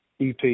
EP